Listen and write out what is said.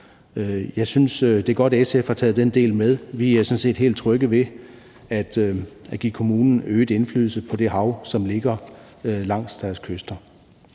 Jeg synes, at det er godt, at SF har taget den del med. Vi er sådan set helt trygge ved at give kommunerne øget indflydelse på det hav, som ligger langs deres kyster.